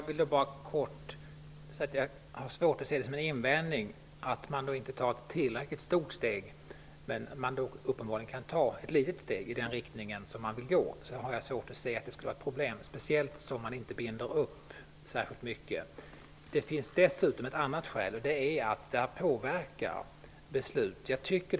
Herr talman! Jag har svårt att se det som en invändning att man inte tar ett tillräckligt stort steg. När man uppenbarligen kan ta ett litet steg i den riktning som man vill gå har jag svårt att se att det skulle vara ett problem, speciellt som man inte binder upp särskilt mycket. Det finns dessutom ett annat skäl. Det är att detta ställningstagande påverkar beslut.